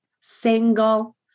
single